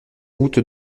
route